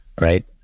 right